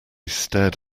stared